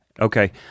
Okay